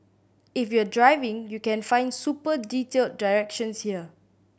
if you're driving you can find super detailed directions here